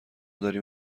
داریم